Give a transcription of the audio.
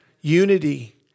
Unity